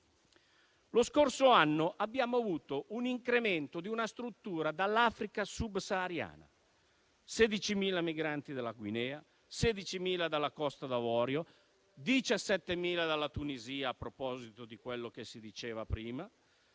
Lo scorso anno abbiamo avuto un incremento di una struttura dall'Africa subsahariana: 16.000 migranti dalla Guinea, 16.000 dalla Costa d'Avorio, 17.000 dalla Tunisia (a proposito di quello che si diceva prima),